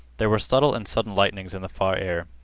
there were subtle and sudden lightnings in the far air.